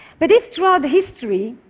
but if throughout history,